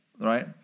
right